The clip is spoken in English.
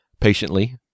patiently